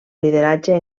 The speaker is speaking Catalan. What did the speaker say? lideratge